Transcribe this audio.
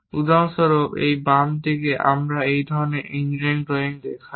উদাহরণস্বরূপ এই বাম দিকে আমরা এই ধরনের ইঞ্জিনিয়ারিং ড্রয়িং দেখাই